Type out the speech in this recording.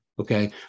Okay